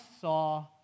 saw